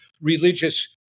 religious